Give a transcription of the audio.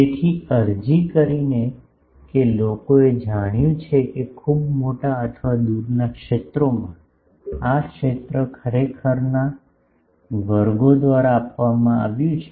તેથી અરજી કરીને કે લોકોએ જાણ્યું છે કે ખૂબ મોટા અથવા દૂરના ક્ષેત્રોમાં આ ક્ષેત્ર ખરેખરનાં વર્ગો દ્વારા આપવામાં આવ્યું છે